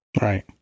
Right